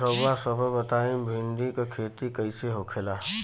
रउआ सभ बताई भिंडी क खेती कईसे होखेला?